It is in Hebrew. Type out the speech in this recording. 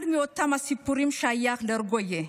אחד מאותם הסיפורים שייך לארגויה,